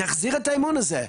תחזירו את האמון הזה.